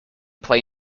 play